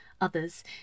others